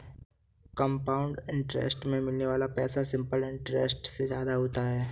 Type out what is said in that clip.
compound interest में मिलने वाला पैसा सिंपल इंटरेस्ट से ज्यादा होता है